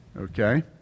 Okay